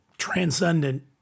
transcendent